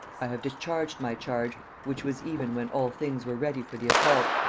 i have discharged my charge, which was even when all things were ready for the assault,